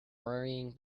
worrying